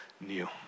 new